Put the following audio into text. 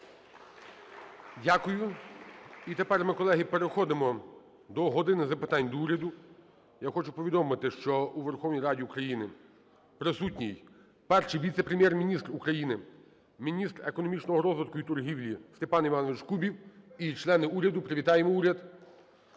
Дякую. І тепер ми, колеги, переходимо до "години запитань до Уряду". Я хочу повідомити, що у Верховній Раді України присутній Перший віце-прем'єр-міністр України - міністр економічного розвитку і торгівлі Степан Іванович Кубів і члени уряду. Привітаємо уряд.